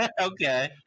Okay